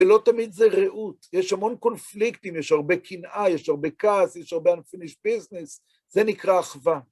ולא תמיד זה רעות, יש המון קונפליקטים, יש הרבה קנאה, יש הרבה כעס, יש הרבה unfinished business, זה נקרא אחווה.